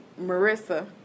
Marissa